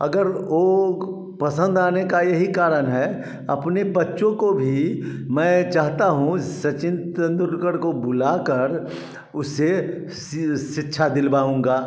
अगर वो पसंद आने का यही कारण है अपने बच्चों को भी मैं चाहता हूँ सचिन तेंदुलकर को बुलाकर उससे शिक्षा दिलवाऊँगा